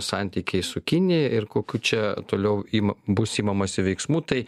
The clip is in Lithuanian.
santykiai su kinija ir kokių čia toliau im bus imamasi veiksmų tai